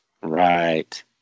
right